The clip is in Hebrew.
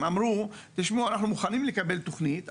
הם אמרו שהם מוכנים לקבל תוכנית,